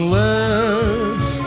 lips